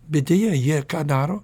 bet deja jie ką daro